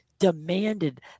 demanded